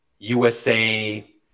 usa